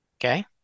Okay